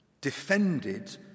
defended